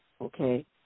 okay